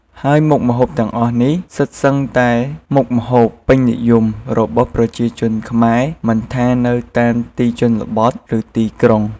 ហើយមុខម្ហូបទាំងអស់នេះសុទ្ធសឹងតែមុខម្ហូបពេញនិយមរបស់ប្រជាជនខ្មែរ មិនថានៅតាមទីជនបទ ឬទីក្រុង។